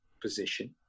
position